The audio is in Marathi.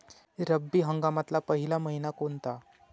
रब्बी हंगामातला पयला मइना कोनता?